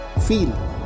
feel